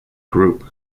group